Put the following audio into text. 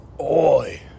Oi